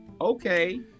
Okay